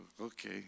okay